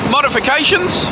Modifications